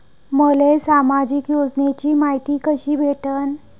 मले सामाजिक योजनेची मायती कशी भेटन?